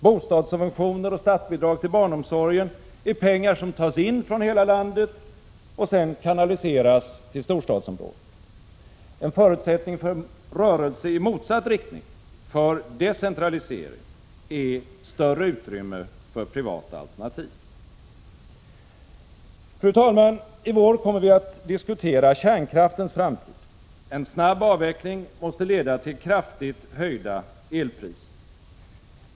Bostadssubventioner och statsbidrag till barnomsorgen är pengar som tas in från hela landet och sedan kanaliseras till storstadsområden. En förutsättning för rörelse i motsatt riktning — för decentralisering — är större utrymme för privata alternativ. Fru talman! I vår kommer vi att diskutera kärnkraftens framtid. En snabb avveckling måste leda till kraftigt höjda elpriser.